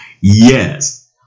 Yes